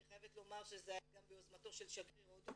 אני חייבת לומר שזה היה גם ביוזמתו של שגריר הודו